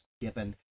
given